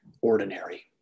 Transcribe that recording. ordinary